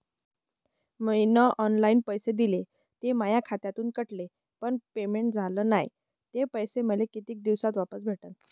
मीन online पैसे दिले, ते माया खात्यातून कटले, पण पेमेंट झाल नायं, ते पैसे मले कितीक दिवसात वापस भेटन?